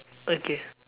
okay